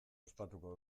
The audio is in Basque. ospatuko